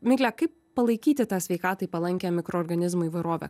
migle kaip palaikyti tą sveikatai palankią mikroorganizmų įvairovę